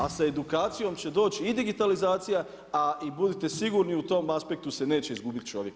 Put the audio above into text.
A sa edukacijom će doći i digitalizacija a i budite sigurni u tom aspektu se neće izgubiti čovjek.